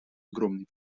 огромный